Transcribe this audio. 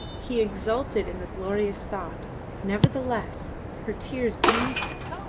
he exulted in the glorious thought nevertheless her tears pained him.